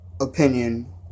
opinion